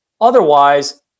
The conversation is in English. Otherwise